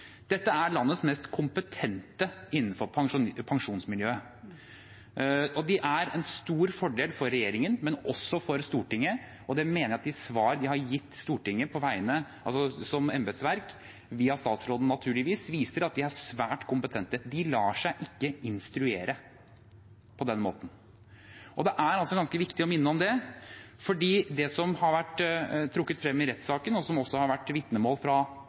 Dette er landets mest kompetente innenfor pensjonsfaget. De er en stor fordel for regjeringen, men også for Stortinget, og jeg mener de svarene de som embetsverk, via statsråden naturligvis, har gitt Stortinget, viser at de er svært kompetente. De lar seg ikke instruere på den måten. Det er ganske viktig å minne om det, for det som har vært trukket frem i rettssaken, og som også har vært vitnemål fra